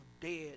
dead